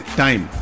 time